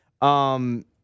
Um-